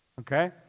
Okay